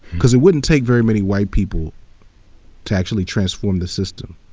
because it wouldn't take very many white people to actually transform the system.